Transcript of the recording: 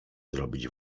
zrobić